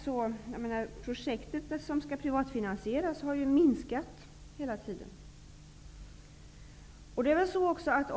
Den projektdel som skall privatfinansieras har ju hela tiden minskat.